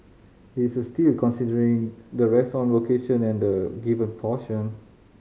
it is a steal considering the restaurant location and the given portion